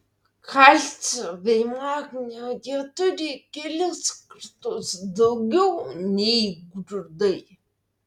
kalcio bei magnio jie turi kelis kartus daugiau nei grūdai